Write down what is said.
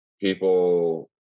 people